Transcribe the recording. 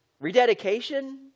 Rededication